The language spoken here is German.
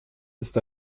ist